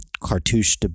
cartouche